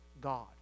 God